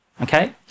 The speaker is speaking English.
Okay